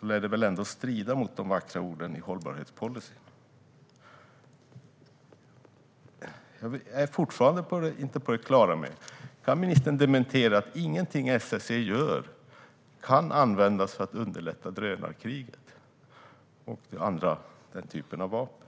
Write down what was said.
lär det väl ändå strida mot de vackra orden i hållbarhetspolicyn. Jag är fortfarande inte på det klara med om ministern kan ge en dementi, det vill säga att ingenting SSC gör kan användas för att underlätta drönarkriget och användning av den typen av vapen.